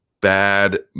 bad